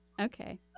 Okay